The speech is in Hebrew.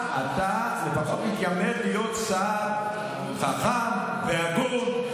אתה, אתה לפחות מתיימר להיות שר חכם והגון.